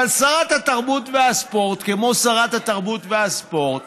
אבל שרת התרבות והספורט, כמו שרת התרבות והספורט,